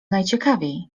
najciekawiej